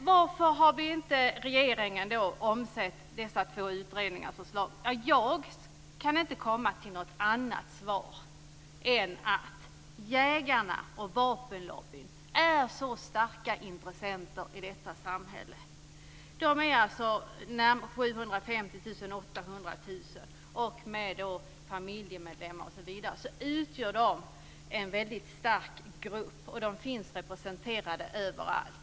Varför har då inte regeringen omsatt dessa två utredningars förslag i praktiken? Jag kan inte komma till något annat svar än att jägarna och vapenlobbyn är så starka intressenter i detta samhälle. De är utgör de en väldigt stark grupp. De finns representerade överallt.